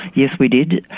yes we did,